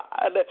God